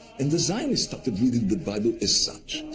and the zionists started reading the bible as such.